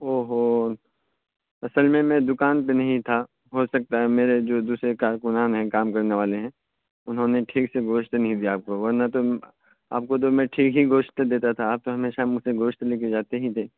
اوہو اصل میں میں دکان پہ نہیں تھا ہو سکتا ہے میرے جو دوسرے کارکنان ہیں کام کرنے والے ہیں انہوں نے ٹھیک سے گوشت نہیں دیا آپ کو ورنہ تو آپ کو میں ٹھیک ہی گوشت دیتا تھا آپ تو ہمیشہ مجھ سے گوشت لے کے جاتے ہی تھے